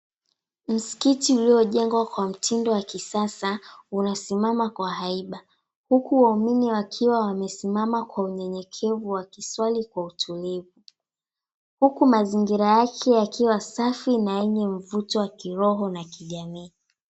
Msikiti uliojengwa kwa mtido wa kisasa unasimama kwa haiba, huku waumini wakiwa wamesimama kwa unyenyekevu wakiswali kwa utulivu, huku mazingira yake yakiwa safi na yenye mvuto wa kiroho na kijamii.